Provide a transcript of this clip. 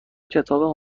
کتاب